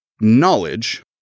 knowledge